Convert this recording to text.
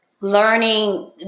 learning